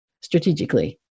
strategically